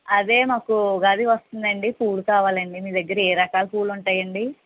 అదే మాకు ఉగాది వస్తుందండి పూలు కావాలండి మీ దగ్గర ఏరకాల పూలు ఉంటాయండి